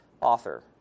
author